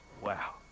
Wow